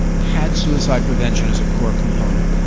had suicide prevention as a core component?